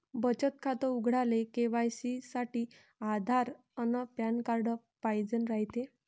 बचत खातं उघडाले के.वाय.सी साठी आधार अन पॅन कार्ड पाइजेन रायते